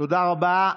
תודה רבה.